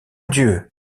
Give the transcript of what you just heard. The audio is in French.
dieu